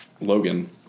logan